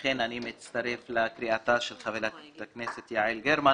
לכן, אני מצטרף לקריאתה של חברת הכנסת יעל גרמן